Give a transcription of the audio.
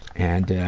and, ah,